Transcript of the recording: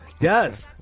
Yes